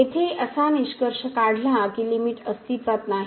येथे असा निष्कर्ष काढला की लिमिट अस्तित्वात नाही